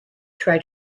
try